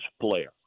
player